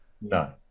No